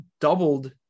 doubled